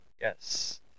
Yes